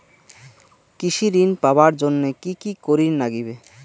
কৃষি ঋণ পাবার জন্যে কি কি করির নাগিবে?